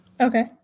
Okay